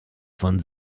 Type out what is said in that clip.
von